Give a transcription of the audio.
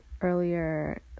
earlier